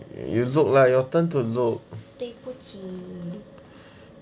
you look lah your turn to look